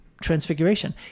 transfiguration